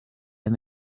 and